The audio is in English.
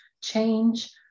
change